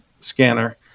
scanner